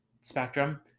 spectrum